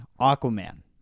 Aquaman